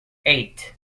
eight